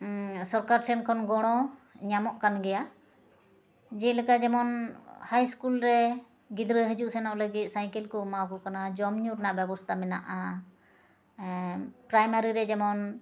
ᱥᱚᱨᱠᱟᱨ ᱴᱷᱮᱱᱠᱷᱚᱱ ᱜᱚᱲᱚ ᱧᱟᱢᱚᱜ ᱠᱟᱱ ᱜᱮᱭᱟ ᱡᱮᱞᱮᱠᱟ ᱡᱮᱢᱚᱱ ᱦᱟᱭ ᱥᱠᱩᱞ ᱨᱮ ᱜᱤᱫᱽᱨᱟᱹ ᱦᱤᱡᱩᱜ ᱥᱮᱱᱚᱜ ᱞᱟ ᱜᱤᱫ ᱥᱟᱭᱠᱮᱞᱠᱚ ᱮᱢᱟᱣᱟᱠᱚ ᱠᱟᱱᱟ ᱡᱚᱢᱼᱧᱩ ᱨᱮᱱᱟᱜ ᱵᱮᱵᱚᱥᱛᱟ ᱢᱮᱱᱟᱜᱼᱟ ᱯᱨᱟᱭᱢᱟᱨᱤ ᱨᱮ ᱡᱮᱢᱚᱱ